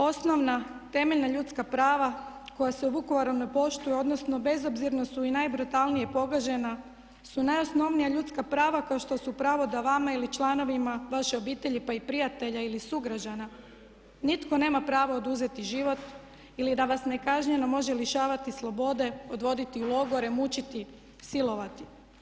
Osnovna temeljna ljudska prava koja se u Vukovaru ne poštuju, odnosno bezobzirno su i najbrutalnije pogažena su najosnovnija ljudska prava kao što su pravo da vama ili članovima vaše obitelji pa i prijatelje ili sugrađana nitko nema pravo oduzeti život ili da vas ne kažnjeno može lišavati slobode, odvoditi u logore, mučiti, silovati.